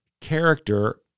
character